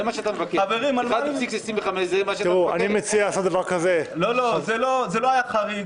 זה לא היה חריג,